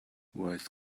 words